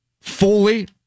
fully